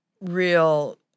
real